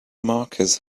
markers